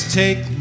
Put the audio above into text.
take